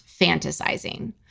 fantasizing